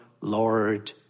Lord